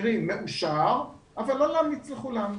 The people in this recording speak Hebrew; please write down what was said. קרי מאושר אבל לא להמליץ לכולם.